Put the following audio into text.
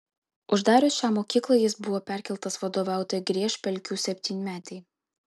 uždarius šią mokyklą jis buvo perkeltas vadovauti griežpelkių septynmetei